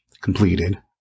completed